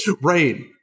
Right